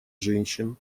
женщин